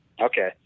Okay